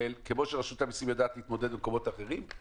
אנחנו נצפה ממשרד התחבורה לעמוד בכל ההתחייבויות שהם הציגו פה.